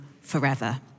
forever